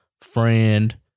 Friend